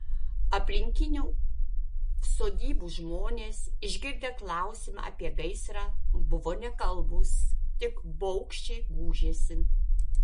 aplinkinių sodybų žmonės išgirdę klausimą apie gaisrą buvo nekalbūs tik baugščiai gūžėsi